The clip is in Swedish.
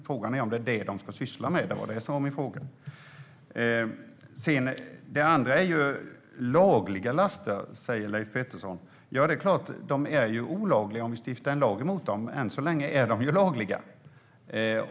Frågan är dock om det är detta polisen ska syssla med. Det var det som var min fråga. Leif Pettersson talar om lagliga laster. Det är klart att de blir olagliga om vi stiftar en lag emot dem, men än så länge är de lagliga.